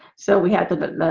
so we had the